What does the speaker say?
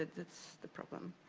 that's the problem.